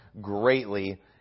greatly